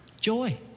Joy